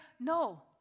no